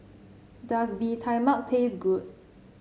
does Bee Tai Mak taste good